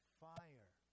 fire